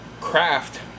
craft